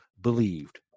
believed